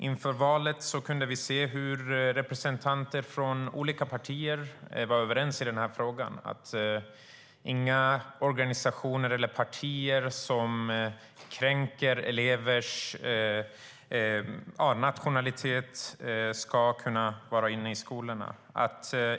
Inför valet kunde vi se hur representanter från olika partier var överens i frågan, nämligen att inga organisationer eller partier som kränker elevers nationella identitet ska få släppas in i skolorna.